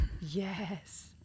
Yes